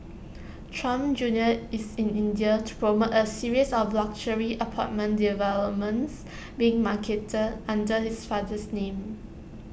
Trump junior is in India to promote A series of luxury apartment developments being marketed under his father's name